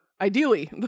ideally